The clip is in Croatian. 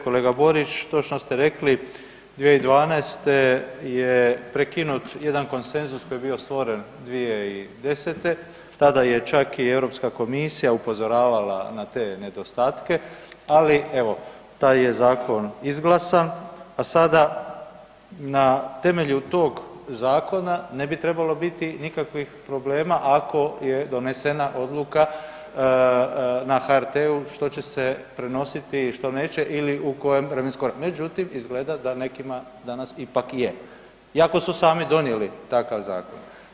Kolega Borić, točno ste rekli, 2012. je prekinut jedan konsenzus koji je bio stvoren 2010., tada je čak i Europska komisija upozoravala na te nedostatke ali evo, taj je zakon izglasan a sada na temelju tog zakona ne bi trebalo biti nikakvih problema ako je donesena odluka na HRT-u što će se prenositi, što neće ili u kojem vremenskom razdoblju međutim izgleda da nekima danas ipak je iako su sami donijeti takav zakon.